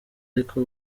ariko